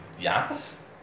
Yes